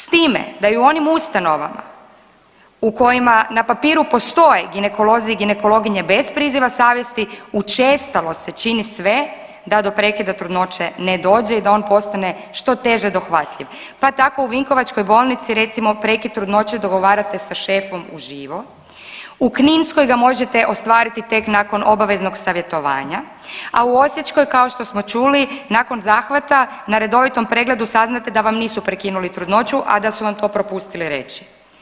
S time da i u onim ustanovama u kojima na papiru postoje ginekolozi i ginekologinje bez priziva savjesti učestalo se čini sve da do prekida trudnoće ne dođe i da on postane što teže dohvatljiv, pa tako u Vinkovačkoj bolnici recimo prekid trudnoće dogovarate sa šefom u živo, u Kinskoj ga možete ostvariti tek nakon obaveznog savjetovanja, a u Osječkoj kao što smo čuli nakon zahvata na redovitom pregledu saznate da vam nisu prekinuli trudnoću, a da su vam to propustili reći.